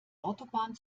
autobahn